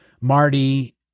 Marty